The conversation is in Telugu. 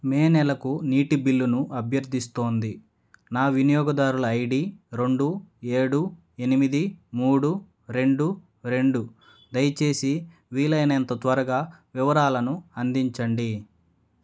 మే నెలకు నీటి బిల్లును అభ్యర్థిస్తోంది నా వినియోగదారుల ఐడి రెండు ఏడు ఎనిమిది మూడు రెండు రెండు దయచేసి వీలైనంత త్వరగా వివరాలను అందించండి